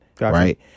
right